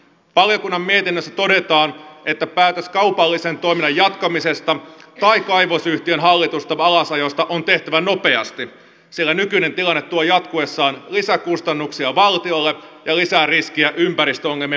valiokunnan mietinnössä todetaan että päätös kaupallisen toiminnan jatkamisesta tai kaivosyhtiön hallitusta alasajosta on tehtävä nopeasti sillä nykyinen tilanne tuo jatkuessaan lisäkustannuksia valtiolle ja lisää riskiä ympäristöongelmien pahenemiseen